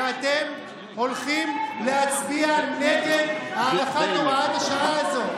ואתם הולכים להצביע נגד הארכת הוראת השעה הזאת.